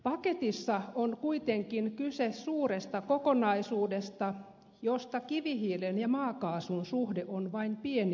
paketissa on kuitenkin kyse suuresta kokonaisuudesta josta kivihiilen ja maakaasun suhde on vain pieni osa